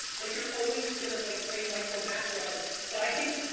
like you're always gonna like play micro macro, but i think